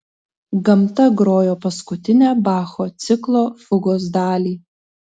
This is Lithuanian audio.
gamta grojo paskutinę bacho ciklo fugos dalį